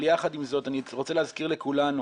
יחד עם זאת, אני רוצה להזכיר לכולנו